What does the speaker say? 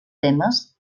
temes